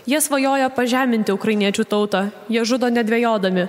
jie svajojo pažeminti ukrainiečių tautą jie žudo nedvejodami